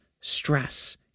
stress